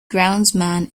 groundsman